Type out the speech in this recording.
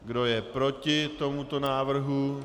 Kdo je proti tomuto návrhu?